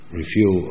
review